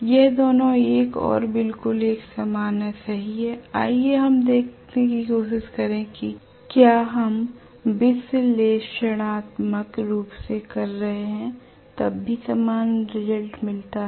यह दोनों 1 और बिल्कुल एक समान हैं सही हैं आइए हम यह देखने की कोशिश करें कि क्या हम विश्लेषणात्मक रूप से कर रहे हैं तब भी समान परिणाम मिलता है